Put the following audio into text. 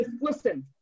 Listen